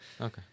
Okay